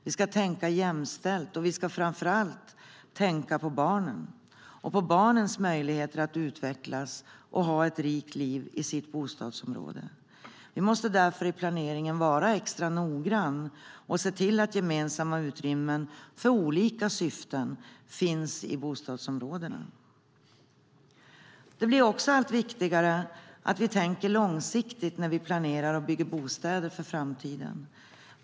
Vi ska tänka jämställt, och vi ska framför allt tänka på barnen och på barnens möjligheter att utvecklas och ha ett rikt liv i sitt bostadsområde. Vi måste därför vara extra noggranna vid planeringen och se till att det finns extra utrymmen för olika syften i bostadsområdena. Det blir allt viktigare att vi tänker långsiktigt när vi planerar och bygger bostäder för framtiden.